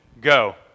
go